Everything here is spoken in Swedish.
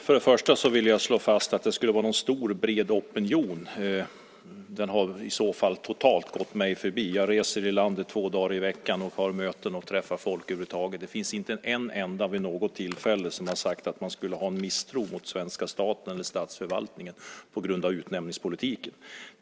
Fru talman! Om det finns en stor bred opinion har den i så fall totalt gått mig förbi. Jag reser i landet två dagar i veckan och har möten och träffar folk. Inte en enda har vid något tillfälle sagt att man misstror svenska staten eller statsförvaltningen på grund av utnämningspolitiken.